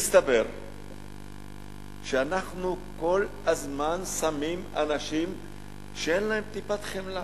מסתבר שאנחנו כל הזמן שמים אנשים שאין להם טיפת חמלה,